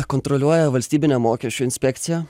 kontroliuoja valstybinė mokesčių inspekcija